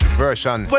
version